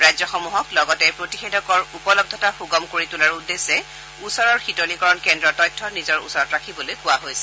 ৰাজ্যসমূহক লগতে প্ৰতিষেধকৰ উপলধতা সুগম কৰি তোলাৰ উদ্দেশ্যে ওচৰৰ শীতলীকৰণ কেন্দ্ৰৰ তথ্য নিজৰ ওচৰত ৰাখিবলৈ কোৱা হৈছে